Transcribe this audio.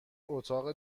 اتاق